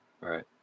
right